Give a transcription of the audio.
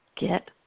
get